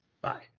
Bye